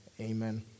Amen